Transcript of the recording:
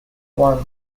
one